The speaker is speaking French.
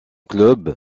club